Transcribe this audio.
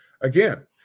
again